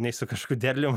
nei su kažkokiu derlium